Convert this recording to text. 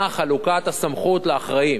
מה חלוקת הסמכות לאחראים?